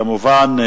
כמובן,